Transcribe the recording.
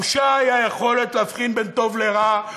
הבושה היא היכולת להבחין בין טוב לרע,